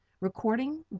Recording